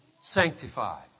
sanctified